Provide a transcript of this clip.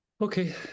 Okay